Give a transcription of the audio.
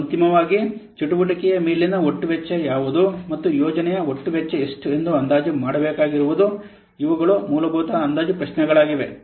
ಮತ್ತು ಅಂತಿಮವಾಗಿ ಚಟುವಟಿಕೆಯ ಮೇಲಿನ ಒಟ್ಟು ವೆಚ್ಚ ಯಾವುದು ಮತ್ತು ಯೋಜನೆಯ ಒಟ್ಟು ವೆಚ್ಚ ಎಷ್ಟು ಎಂದು ಅಂದಾಜು ಮಾಡಬೇಕಾಗಿರುವುದು ಇವುಗಳು ಮೂಲಭೂತ ಅಂದಾಜು ಪ್ರಶ್ನೆಗಳಾಗಿವೆ